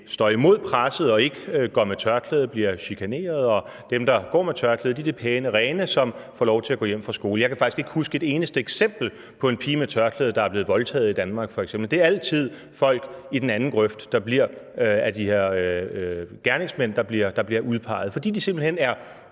står imod presset og ikke går med tørklæde, bliver chikaneret, og dem, der går med tørklæde, er de pæne rene, som får lov til at gå hjem fra skole. Jeg kan faktisk ikke huske et eneste eksempel på en pige med tørklæde, der f.eks. er blevet voldtaget Danmark. Det er altid folk i den anden grøft, der bliver udpeget af de her gerningsmænd, fordi de simpelt hen er